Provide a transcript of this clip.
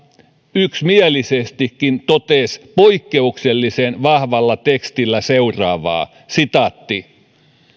yksimielisestikin totesi poikkeuksellisen vahvalla tekstillä seuraavaa